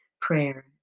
prayer